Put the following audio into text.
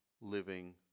living